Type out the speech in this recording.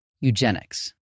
eugenics